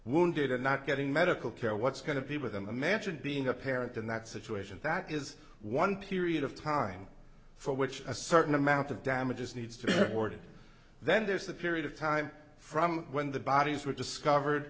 wounded and not getting medical care what's going to be with them imagine being a parent in that situation that is one period of time for which a certain amount of damage is needs to be reported then there's a period of time from when the bodies were discovered